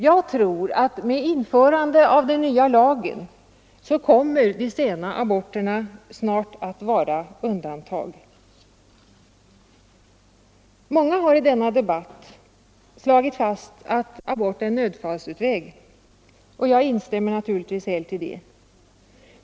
Jag tror att med införandet av den nya lagen kommer de sena aborterna snart att vara undantag. Många har i denna debatt slagit fast att abort är en nödfallsutväg, och jag instämmer naturligtvis helt i det.